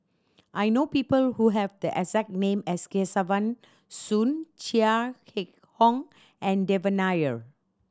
I know people who have the exact name as Kesavan Soon Chia Keng Hock and Devan Nair